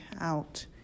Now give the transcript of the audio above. out